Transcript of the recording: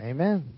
Amen